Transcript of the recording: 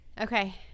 Okay